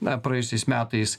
na praėjusiais metais